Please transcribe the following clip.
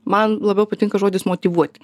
man labiau patinka žodis motyvuoti